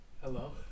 Hello